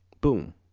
Boom